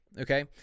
okay